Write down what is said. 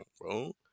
bro